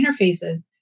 interfaces